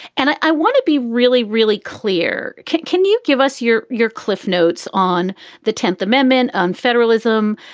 and i want to be really, really clear. can can you give us your your cliff notes on the tenth amendment on federalism,